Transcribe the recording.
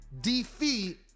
defeat